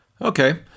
Okay